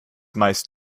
meist